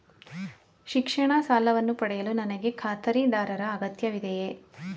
ಶಿಕ್ಷಣ ಸಾಲವನ್ನು ಪಡೆಯಲು ನನಗೆ ಖಾತರಿದಾರರ ಅಗತ್ಯವಿದೆಯೇ?